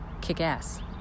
kick-ass